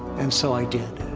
and so i did.